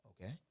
okay